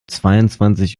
zweiundzwanzig